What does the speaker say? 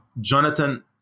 Jonathan